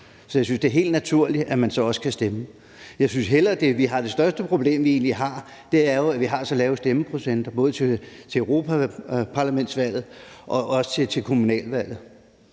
Så jeg synes, det er helt naturligt, at man så også kan stemme. Det største problem, vi egentlig har, er, at vi har så lav en stemmeprocent både til europaparlamentsvalget og til kommunalvalget.